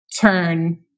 turn